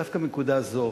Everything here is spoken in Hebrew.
דווקא מנקודה זו